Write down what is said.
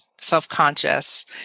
self-conscious